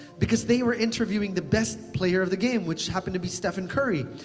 because they were interviewing the best player of the game which happened to be stephen curry.